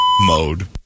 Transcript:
mode